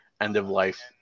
end-of-life